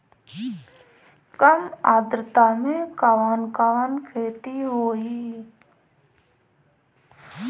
कम आद्रता में कवन कवन खेती होई?